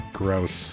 gross